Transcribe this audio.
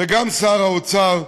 גם שר האוצר,